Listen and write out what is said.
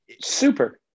super